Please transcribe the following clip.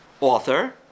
author